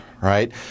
right